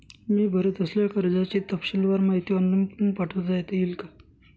मी भरत असलेल्या कर्जाची तपशीलवार माहिती ऑनलाइन पाठवता येईल का?